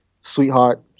sweetheart